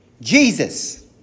Jesus